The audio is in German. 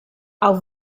auf